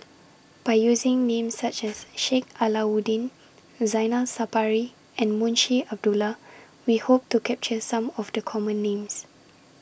By using Names such as Sheik Alau'ddin Zainal Sapari and Munshi Abdullah We Hope to capture Some of The Common Names